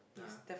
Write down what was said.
ah